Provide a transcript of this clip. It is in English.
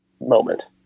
moment